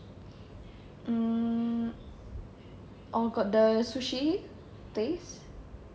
um oh got the sushi place